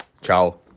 Ciao